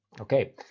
Okay